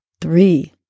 three